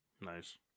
Nice